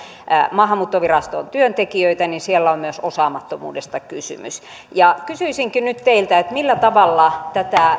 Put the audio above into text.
maahanmuuttovirastoon työntekijöitä niin siellä on myös osaamattomuudesta kysymys kysyisinkin nyt teiltä millä tavalla tätä